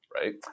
right